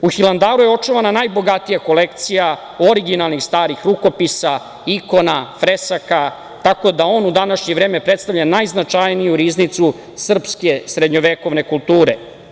U Hilandaru je očuvana najbogatija kolekcija originalnih starih rukopisa, ikona, fresaka tako da on u današnje vreme predstavlja najznačajniju riznicu srpske srednjovekovne kulture.